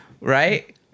right